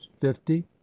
fifty